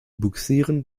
bugsieren